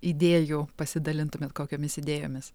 idėjų pasidalintumėt kokiomis idėjomis